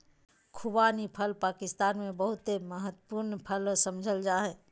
खुबानी फल पाकिस्तान में बहुत महत्वपूर्ण फल समझल जा हइ